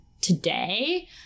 today